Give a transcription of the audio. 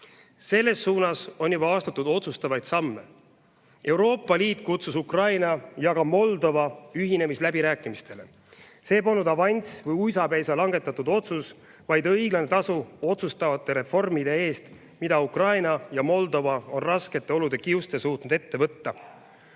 Selles suunas on juba astutud otsustavaid samme. Euroopa Liit kutsus Ukraina ja ka Moldova ühinemisläbirääkimistele. See polnud avanss või uisapäisa langetatud otsus, vaid õiglane tasu otsustavate reformide eest, mida Ukraina ja Moldova on raskete olude kiuste suutnud ette võtta.